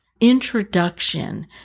introduction